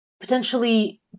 potentially